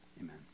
amen